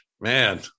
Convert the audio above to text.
man